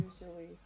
usually